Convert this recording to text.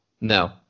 No